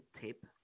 tip